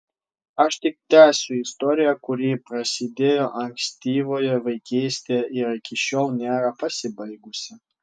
aš tik tęsiu istoriją kuri prasidėjo ankstyvoje vaikystėje ir iki šiol nėra pasibaigusi